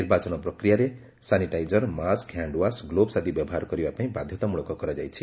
ନିର୍ବାଚନ ପ୍ରକ୍ରିୟାରେ sanitiser mask handwash gloves ଆଦି ବ୍ୟବହାର କରିବା ପାଇଁ ବାଧ୍ୟତାମୂଳକ କରାଯାଇଛି